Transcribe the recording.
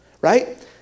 Right